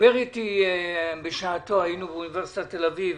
דיבר איתי בשעתו, היינו באוניברסיטת תל אביב,